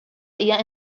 hija